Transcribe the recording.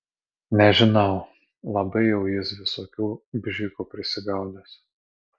nežinau labai jau jis visokių bžikų prisigaudęs